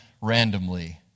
randomly